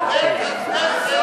רק תגיד מי פוצץ את בית-הכנסת במצרים.